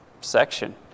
section